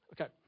Okay